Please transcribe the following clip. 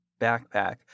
backpack